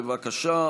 בבקשה.